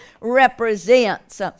represents